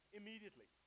immediately